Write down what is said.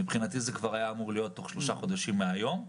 מבחינתי זה כבר היה אמור להיות תוך שלושה חודשים מהיום.